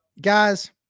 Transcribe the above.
guys